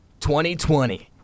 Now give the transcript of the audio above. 2020